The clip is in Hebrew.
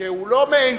שהוא לא מעין-שיפוטי,